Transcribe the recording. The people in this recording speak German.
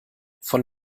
von